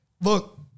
Look